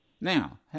Now